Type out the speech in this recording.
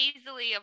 easily